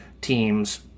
teams